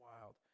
wild